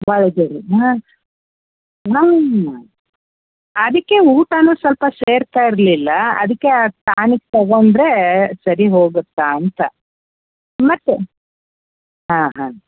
ಅದಕ್ಕೆ ಊಟವೂ ಸ್ವಲ್ಪ ಸೇರ್ತಾ ಇರಲಿಲ್ಲ ಅದಕ್ಕೆ ಅದು ಟಾನಿಕ್ ತೊಗೊಂಡ್ರೆ ಸರಿ ಹೋಗುತ್ತಾ ಅಂತ ಮತ್ತೆ ಹಾಂ ಹಾಂ